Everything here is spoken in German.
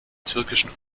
türkischen